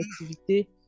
activités